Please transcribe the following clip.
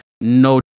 no